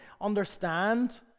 understand